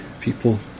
people